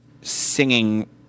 singing